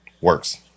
works